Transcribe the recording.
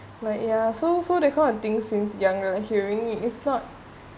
like ya so so that kind of thing since young you're hearing is not